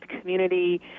community